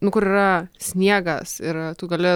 nu kur yra sniegas ir tu gali